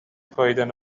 پائیدن